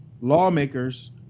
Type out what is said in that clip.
lawmakers